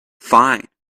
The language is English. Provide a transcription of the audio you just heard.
fine